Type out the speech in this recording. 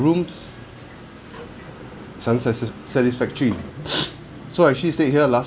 ~oms satis~ satis~ satisfactory so I actually stayed here last